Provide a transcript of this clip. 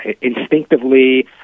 instinctively